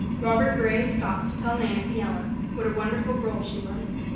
robert gray stopped to tell nancy ellen what a wonderful girl she was.